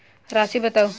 राशि बताउ